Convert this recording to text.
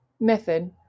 method